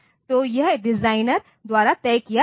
तो यह डिजाइनर द्वारा तय किया गया है